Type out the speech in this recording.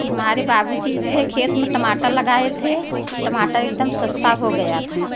हमारे बाबूजी थे खेत में टमाटर लगाए थे टमाटर एकदम सस्ता हो गया था